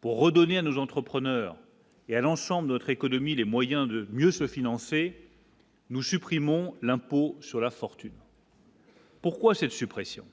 Pour redonner à nos entrepreneurs et à l'ensemble de notre économie les moyens de mieux se financer. Nous supprimons l'impôt sur la fortune. Pourquoi cette suppression.